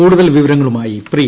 കൂടുതൽ വിവരങ്ങളുമായി പ്രിയ